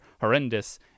horrendous